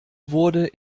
wurde